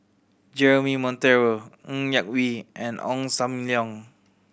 Jeremy Monteiro Ng Yak Whee and Ong Sam Leong